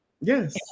Yes